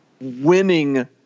winning